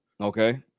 Okay